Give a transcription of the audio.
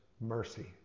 mercy